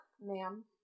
ma'am